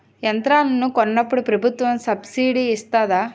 యంత్రాలను కొన్నప్పుడు ప్రభుత్వం సబ్ స్సిడీ ఇస్తాధా?